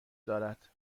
دارد